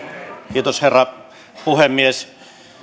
kiitos herra puhemies